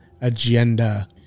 agenda